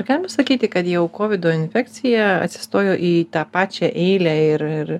ar galima sakyti kad jau kovido infekcija atsistojo į tą pačią eilę ir ir